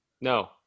No